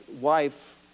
wife